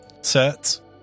sets